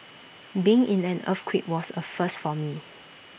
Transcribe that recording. being in an earthquake was A first for me